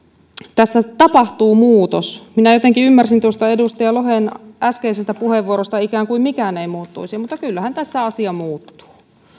tässä tapahtuu muutos minä jotenkin ymmärsin tuosta edustaja lohen äskeisestä puheenvuorosta että ikään kuin mikään ei muuttuisi mutta kyllähän tässä asia muuttuu